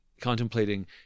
Contemplating